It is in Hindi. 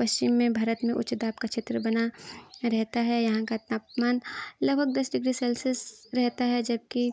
पश्चिम में भारत में उच्च दाब का क्षेत्र बना रहता है यहाँ का तापमान लगभग दस डिग्री सेल्सियस रहता है जबकि